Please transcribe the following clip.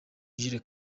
jules